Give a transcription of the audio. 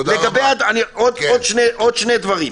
עוד שני דברים.